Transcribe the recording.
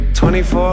24